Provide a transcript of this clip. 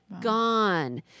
Gone